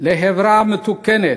לחברה מתוקנת,